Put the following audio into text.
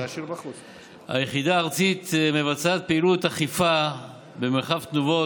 היחידה הארצית מבצעת פעילות אכיפה במרחב תנובות